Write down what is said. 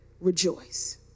rejoice